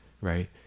right